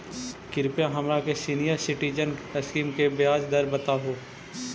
कृपा हमरा के सीनियर सिटीजन स्कीम के ब्याज दर बतावहुं